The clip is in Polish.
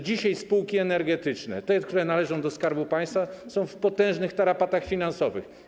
Dzisiaj spółki energetyczne, które należą do Skarbu Państwa, są w potężnych tarapatach finansowych.